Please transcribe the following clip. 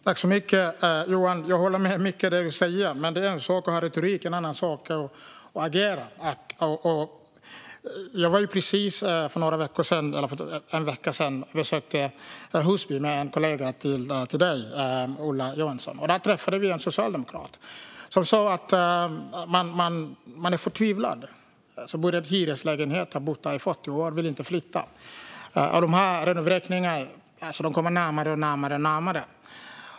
Fru talman! Jag håller med om mycket av det du säger, Johan. Men retorik är en sak och att agera en annan. För någon vecka sedan besökte jag Husby med Ola Johansson, och då träffade vi en socialdemokrat som sa att han var förtvivlad. Han har bott i sin hyreslägenhet i fyrtio år och vill inte flytta, men renovräkningarna kommer närmare och närmare.